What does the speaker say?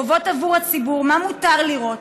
קובעות עבור הציבור מה מותר לראות,